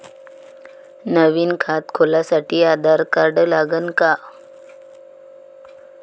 नवीन खात खोलासाठी आधार कार्ड लागन का?